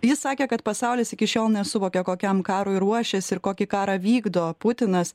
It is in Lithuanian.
jis sakė kad pasaulis iki šiol nesuvokia kokiam karui ruošiasi ir kokį karą vykdo putinas